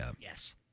Yes